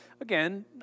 again